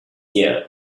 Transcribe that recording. you